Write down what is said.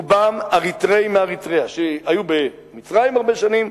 רובם אריתריאים מאריתריאה שהיו במצרים הרבה שנים,